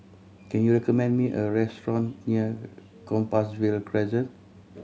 can you recommend me a restaurant near Compassvale Crescent